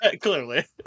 clearly